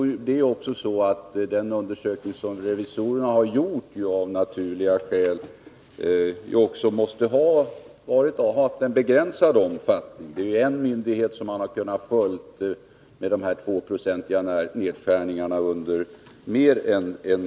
Den undersökning som revisorerna har gjort har dessutom av naturliga skäl varit av begränsad omfattning. Man har kunnat följa endast en myndighet som genomfört den tvåprocentiga nedskärningen under mer än ett år.